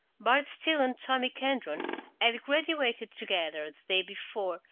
bart steele and tommy kendron had graduated together, the day before,